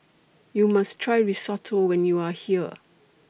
YOU must Try Risotto when YOU Are here